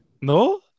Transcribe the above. No